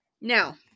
now